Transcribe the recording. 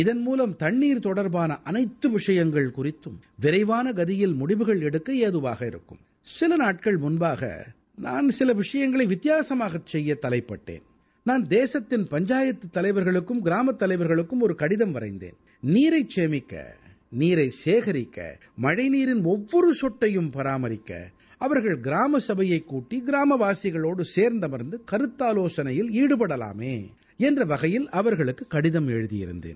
இதன்மூலம் தண்ணீர் தொடர்பான அனைத்து விஷயங்கள் குறித்தும் விரைவான கதியில் முடிவுகள் எடுக்க ஏதுவாகஇருக்கும் சில நாட்கள் முன்பாக நான் சில விஷயங்களை வித்தியாசமாக செய்ய தலையட்டேன் நான் தேததத்தின் பஞ்சாயத்து தலைவர்களுக்கும் கிராம தலைவர்களுக்கும் ஒரு கடிதம் வரைந்தேன் நீரை சேமிக்க நீரை சேகரிக்க மழழநீரின் ஒவ்வொரு சொட்டையும் பராமரிக்க அவர்கள் கிராம சபையை கூட்டி கிராமவாசிகளோடு சேர்ந்து அவர்ந்து கருத்தாலோசனையில் ஈடுபட்டலாமே என்ற வகையில் அவர்களுக்கு கடிதம் எழுதினேன்